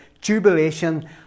jubilation